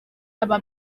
aba